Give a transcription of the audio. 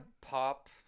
pop